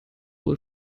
wohl